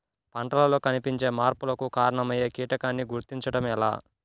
పంటలలో కనిపించే మార్పులకు కారణమయ్యే కీటకాన్ని గుర్తుంచటం ఎలా?